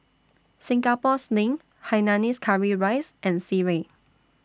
Singapore Sling Hainanese Curry Rice and Sireh